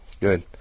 Good